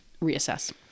reassess